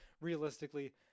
realistically